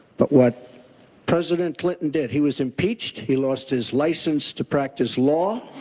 but what president clinton did, he was impeached, he lost his license to practice law,